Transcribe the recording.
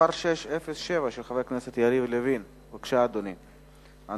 תושבי היישוב אבטליון התלוננו בפני על